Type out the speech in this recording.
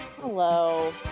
Hello